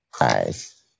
Nice